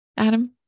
Adam